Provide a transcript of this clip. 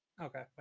Okay